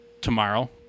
tomorrow